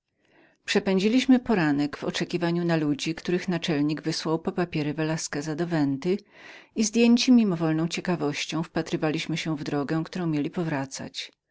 góry przepędziliśmy poranek w oczekiwaniu na ludzi których naczelnik wysłał był po papiery velasqueza do venty i zdjęci mimowolną ciekawością wpatrywaliśmy się w drogę którą mieli powracać